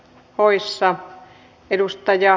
tänne eduskuntaan